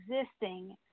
existing